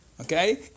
Okay